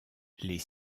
les